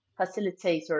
facilitator